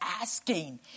asking